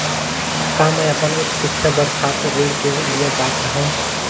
का मैं अपन उच्च शिक्षा बर छात्र ऋण के लिए पात्र हंव?